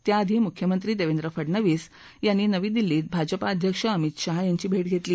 त्याआधी मुख्यमंत्री देवेंद्र फडनवीस यांनी नवी दिल्लीत भाजपा अध्यक्ष अमित शाह यांची भेट घेतली